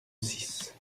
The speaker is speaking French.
six